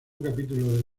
capítulo